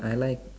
I like